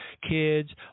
kids